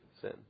sin